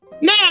Now